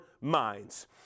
minds